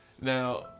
now